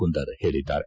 ಕುಂದರ್ ಹೇಳದ್ದಾರೆ